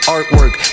Artwork